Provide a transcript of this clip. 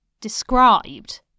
described